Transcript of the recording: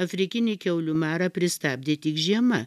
afrikinį kiaulių marą pristabdė tik žiema